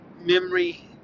memory